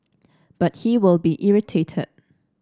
but he will be irritated